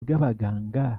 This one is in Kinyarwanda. bw’abaganga